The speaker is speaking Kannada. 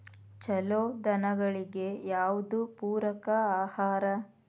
ಛಲೋ ದನಗಳಿಗೆ ಯಾವ್ದು ಪೂರಕ ಆಹಾರ?